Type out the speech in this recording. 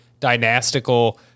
dynastical